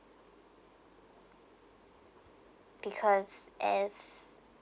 because as